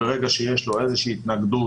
ברגע שיש לו איזושהי התנגדות,